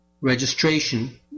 registration